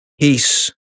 peace